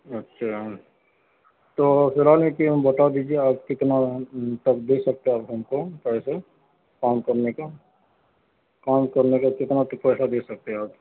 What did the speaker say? اچھا تو فی الحال یہ کہ ہم بتا دیجیے آج کتنا تک دے سکتے آپ ہم کو پیسے کام کرنے کا کام کرنے کا کتنا پیسہ دے سکتے ہیں آپ